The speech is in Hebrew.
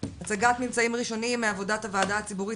הצגת ממצאים ראשוניים מעבודת הוועדה הציבורית